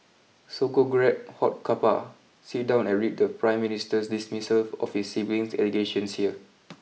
so go grab hot cuppa sit down and read the prime minister's dismissal of his siblings allegations here